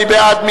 מי בעד?